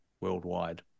worldwide